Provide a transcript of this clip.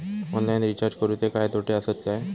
Online recharge करुचे काय तोटे आसत काय?